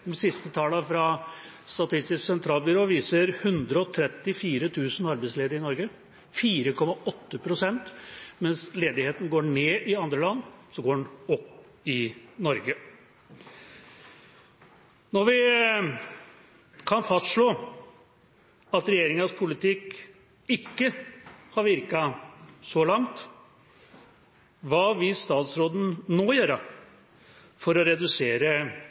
De siste tallene fra Statistisk sentralbyrå viser 134 000 arbeidsledige i Norge, 4,8 pst. Mens ledigheten går ned i andre land, går den opp i Norge. Når vi kan fastslå at regjeringas politikk så langt ikke har virket, hva vil statsråden nå gjøre for å redusere